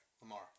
Lamar